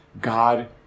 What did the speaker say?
God